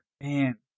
Man